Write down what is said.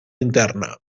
interna